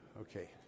Okay